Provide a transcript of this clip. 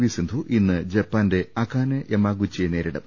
V Sindhu ഇന്ന് ജപ്പാന്റെ Akane യെമാഗുച്ചിയെ നേരിടും